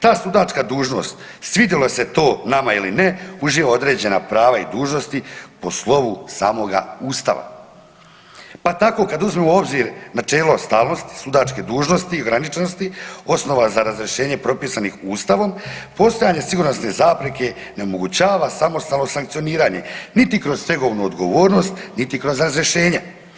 Ta sudačka dužnost svidjelo se to nama ili ne uživa određena prava i dužnosti po slovu samoga Ustava, pa tako kad uzmemo u obzir načelo ustavnosti sudačke dužnosti i ograničenosti osnova za razrješenje propisanih Ustavom, postojanje sigurnosne zapreke ne omogućava samostalno sankcioniranje niti kroz stegovnu odgovornost, niti kroz razrješenja.